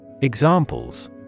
Examples